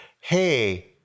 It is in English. Hey